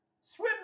Swim